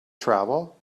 travel